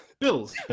Bills